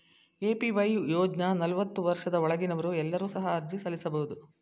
APY ಯೋಜ್ನ ನಲವತ್ತು ವರ್ಷದ ಒಳಗಿನವರು ಎಲ್ಲರೂ ಸಹ ಅರ್ಜಿ ಸಲ್ಲಿಸಬಹುದು